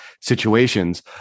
situations